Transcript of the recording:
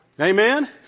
Amen